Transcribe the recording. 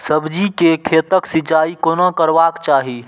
सब्जी के खेतक सिंचाई कोना करबाक चाहि?